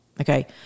Okay